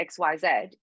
xyz